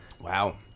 wow